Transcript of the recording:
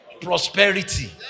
prosperity